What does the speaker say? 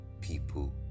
people